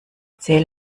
zähl